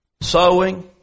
Sowing